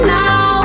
now